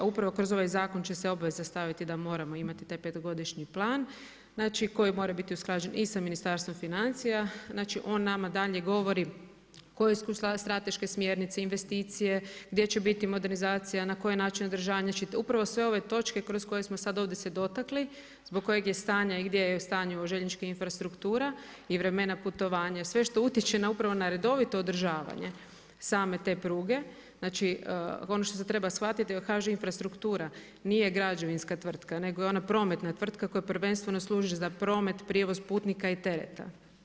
A upravo kroz ovaj zakon će se obveza staviti da moramo imati taj petogodišnji plan, koji mora biti usklađen i sa Ministarstvom financija, znači on nama dalje govori koje su strateške smjernice, investicije, gdje će biti modernizacija, na koji način održava, znači upravo sve ove točke kroz koje smo sad ovdje se dotakli, zbog kojeg je stanje u željeznička infrastruktura i vremena putovanja, sve što utječe na upravo, na redovito održavanje, same te pruge, znači, ono što se treba shvatiti, jer HŽ infrastruktura, nije građevinska tvrtka nego je ona prometna tvrtka koja prvenstveno služi za promet, prijevoz putnika i tereta.